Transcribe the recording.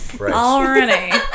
Already